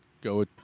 go